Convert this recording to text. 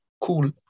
cool